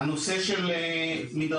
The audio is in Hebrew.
הנושא של מדרכה.